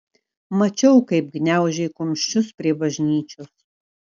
mačiau kaip gniaužei kumščius prie bažnyčios